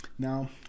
Now